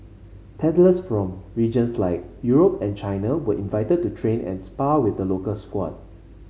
paddlers from regions like Europe and China were invited to train and spar with the local squad